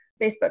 Facebook